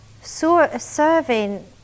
serving